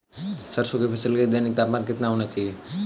सरसों की फसल के लिए दैनिक तापमान कितना होना चाहिए?